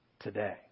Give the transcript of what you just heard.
today